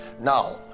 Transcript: now